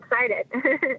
excited